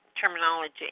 terminology